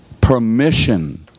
permission